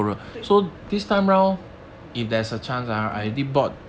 对 um